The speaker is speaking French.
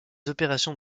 opérations